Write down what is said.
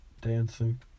Dancing